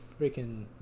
freaking